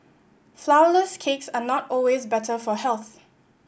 flourless cakes are not always better for health